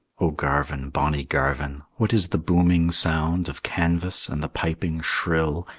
o garvin, bonny garvin, what is the booming sound of canvas, and the piping shrill,